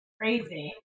crazy